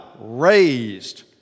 raised